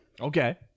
Okay